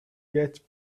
get